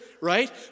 right